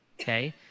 okay